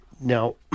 Now